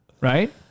right